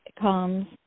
comes